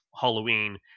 halloween